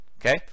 Okay